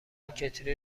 کتری